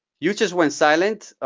you just went silent.